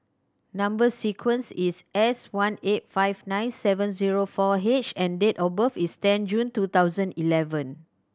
number sequence is S one eight five nine seven zero four H and date of birth is ten June two thousand eleven